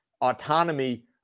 autonomy